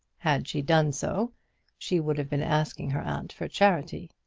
had she done so she would have been asking her aunt for charity.